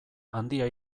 handia